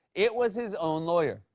it was his own lawyer.